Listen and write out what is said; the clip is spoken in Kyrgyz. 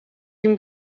ким